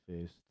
first